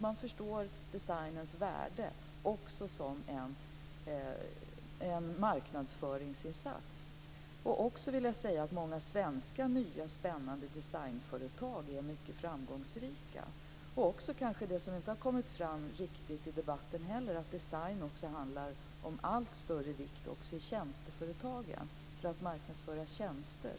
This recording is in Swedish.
Man förstår designens värde också som en marknadsföringsinsats. Många svenska nya spännande designföretag är mycket framgångsrika. Något som inte heller riktigt har kommit fram i debatten är att design har en allt större vikt också i tjänsteföretagen för att marknadsföra tjänster.